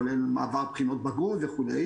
כולל מעבר בחינות בגרות וכו',